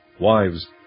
Wives